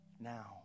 now